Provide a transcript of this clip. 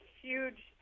huge